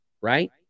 Right